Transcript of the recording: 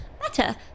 better